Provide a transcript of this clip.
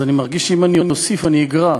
אז אני מרגיש שאם אני אוסיף, אני אגרע.